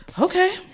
Okay